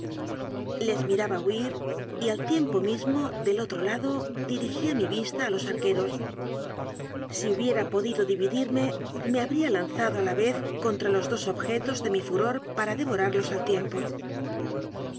les miraba huir y al tiempo mismo del otro lado dirigía mi vista a los ar queros si hubiera podido dividirme me habría lanzado a la vez contra los dos objetos de mi furor para devorarlos al tiempo